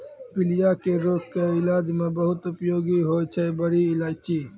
पीलिया के रोग के इलाज मॅ बहुत उपयोगी होय छै बड़ी इलायची